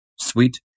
sweet